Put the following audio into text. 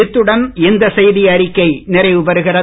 இத்துடன் இந்த செய்தி அறிக்கை நிறைவு பெறுகிறது